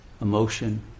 emotion